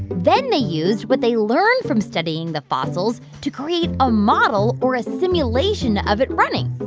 then they used what they learned from studying the fossils to create a model or a simulation of it running ah